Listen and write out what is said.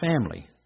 family